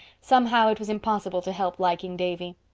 somehow, it was impossible to help liking davy.